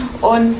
und